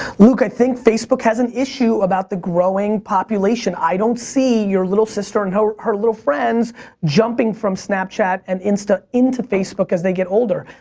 luke, i think facebook has an issue about the growing population. i don't see your little sister and her her little friends jumping from snapchat and insta into facebook as they get older.